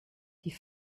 die